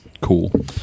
cool